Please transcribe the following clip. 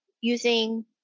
using